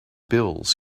bills